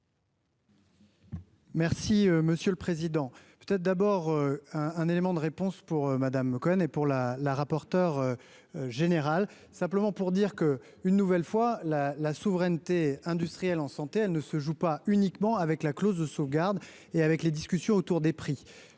Merci monsieur le président, peut-être d'abord un, un élément de réponse pour Madame Cohen et pour la la rapporteure générale, simplement pour dire que, une nouvelle fois la la souveraineté industrielle en santé, elle ne se joue pas uniquement avec la clause de sauvegarde et avec les discussions autour des prix,